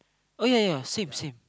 oh ya ya same same